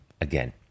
Again